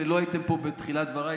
לא הייתם פה בתחילת דבריי,